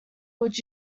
would